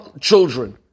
children